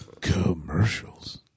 Commercials